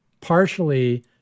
partially